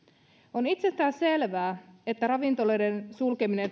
on itsestäänselvää että ravintoloiden sulkeminen